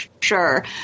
sure